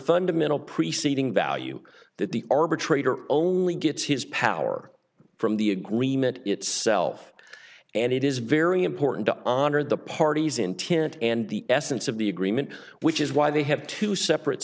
fundamental preceding value that the arbitrator only gets his power from the agreement itself and it is very important to honor the parties intent and the essence of the agreement which is why they have two separate